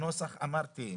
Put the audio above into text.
אמרתי,